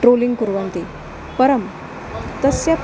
trolling कुर्वन्ति परं तस्य